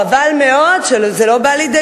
חבל מאוד שזה לא בא לידי,